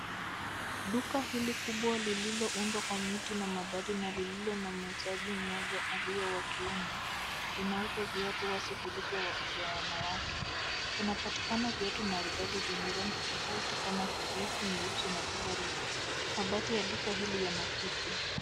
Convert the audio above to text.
Duka hili kubwa lililoundwa kwa miti na mabati na lililo na muuzaji mmoja aliye wa kiume. Inauza viatu hasa vilivyo vya wanawake. Kuna patikana viatu maridadi venye rangi tofauti kama kijivu, nyeusi na kadhalika. Mabati ya duka hili yana kutu.